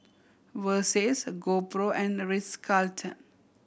Versace GoPro and Ritz Carlton